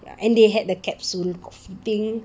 and they had the capsule coffee thing